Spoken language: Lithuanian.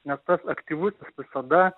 ne tas aktyvus visada